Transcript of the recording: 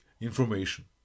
information